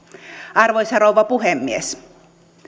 arvoisa rouva puhemies